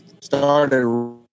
started